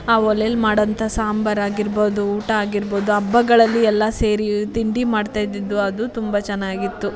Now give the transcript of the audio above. ಆ ಒಲೆಯಲ್ಲಿ ಮಾಡೋಂಥ ಸಾಂಬಾರು ಆಗಿರ್ಬೋದು ಊಟ ಆಗಿರ್ಬೋದು ಹಬ್ಬಗಳಲ್ಲಿ ಎಲ್ಲ ಸೇರಿ ತಿಂಡಿ ಮಾಡ್ತಾ ಇದ್ದಿದ್ದು ಅದು ತುಂಬ ಚೆನ್ನಾಗಿತ್ತು